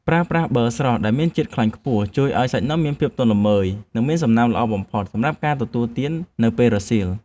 ប្រើប្រាស់ប៊ឺស្រស់ដែលមានជាតិខ្លាញ់ខ្ពស់ជួយឱ្យសាច់នំមានភាពទន់ល្មើយ និងមានសំណើមល្អបំផុតសម្រាប់ការទទួលទាននៅពេលរសៀល។